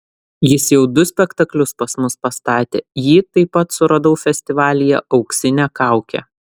jis jau du spektaklius pas mus pastatė jį taip pat suradau festivalyje auksinė kaukė